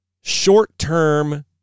short-term